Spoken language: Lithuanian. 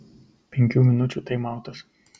penkių minučių taimautas